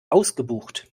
ausgebucht